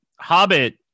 Hobbit